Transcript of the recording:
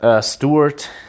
Stewart